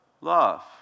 love